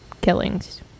killings